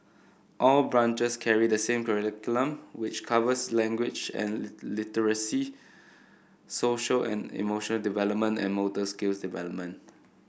all branches carry the same curriculum which covers language and literacy social and emotional development and motor skills development